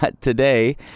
today